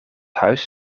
huis